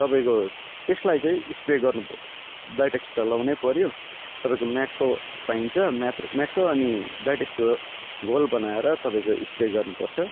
तपाईँको त्यसलाई चाहिँ स्प्रे गर्नु ब्लाइटेस्ट त लगाउनै पर्यो तपाईँको मेटको पाइन्छ मेट मेटको अनि ब्लाइटेस्टको घोल बनाएर तपाईँको स्प्रे गर्नु पर्छ